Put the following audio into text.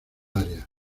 área